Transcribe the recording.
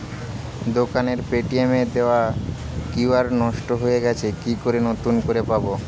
দোকানের পেটিএম এর দেওয়া কিউ.আর নষ্ট হয়ে গেছে কি করে নতুন করে পাবো?